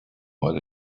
what